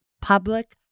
public